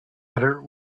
better